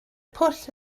pwll